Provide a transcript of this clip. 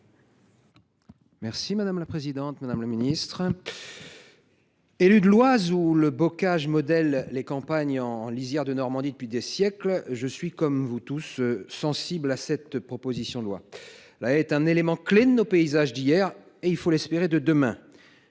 Paccaud, sur l’article. Élu de l’Oise, territoire où le bocage modèle les campagnes en lisière de la Normandie depuis des siècles, je suis comme vous tous sensible à cette proposition de loi. La haie est un élément clé de nos paysages d’hier et, il faut l’espérer, de demain.